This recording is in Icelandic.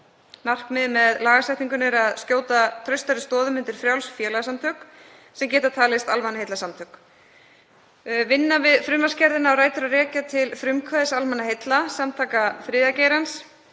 Markmiðið með lagasetningunni er að skjóta traustari stoðum undir frjáls félagasamtök sem geta talist almannaheillasamtök. Vinna við frumvarpsgerðina á rætur að rekja til frumkvæðis Almannaheilla – samtaka þriðja geirans